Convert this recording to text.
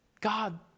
God